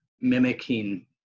mimicking